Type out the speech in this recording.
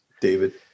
David